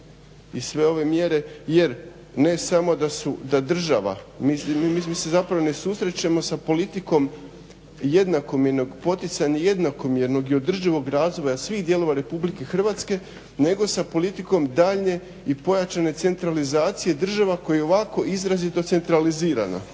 I sve ove mjere jer ne samo da država, mi se zapravo ne susrećemo sa politikom jednakomjernog poticanja, jednakomjernog i održivog razvoja svih dijelova Republike Hrvatske nego sa politikom daljnje i pojačane centralizacije država koja je ovako izrazito centralizirana.